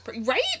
Right